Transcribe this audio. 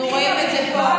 אנחנו רואים את זה פה.